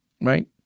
Right